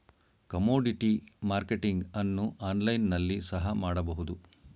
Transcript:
commodity marketing ಅನ್ನು online ನಲ್ಲಿ ಸಹ ಮಾಡಬಹುದು